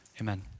amen